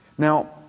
Now